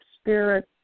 spirit